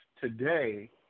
today